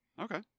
Okay